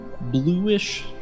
bluish